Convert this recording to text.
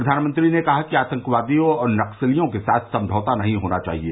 प्रधानमंत्री ने कहा कि आतंकवादियों और नक्सलियों के साथ समझौता नहीं होना चाहिए